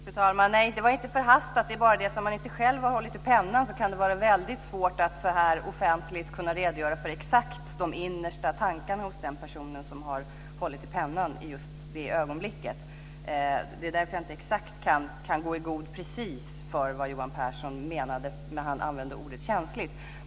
Fru talman! Nej, det var inte förhastat. Men när man inte själv har hållit i pennan kan det vara väldigt svårt att så här offentligt kunna redogöra exakt för de innersta tankarna hos den person som har hållit i pennan i just det ögonblicket. Det är därför som jag inte exakt kan gå i god för precis det som Johan Pehrson menade när han använde ordet känsligt.